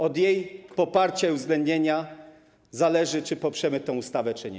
Od jej poparcia, uwzględnienia zależy to, czy poprzemy tę ustawę, czy nie.